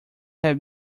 have